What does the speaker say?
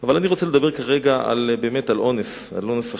אבל אני רוצה לדבר כרגע על אונס אחר,